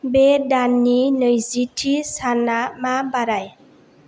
बे दाननि नैजिथि साना मा बाराय